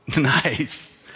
Nice